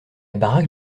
baraque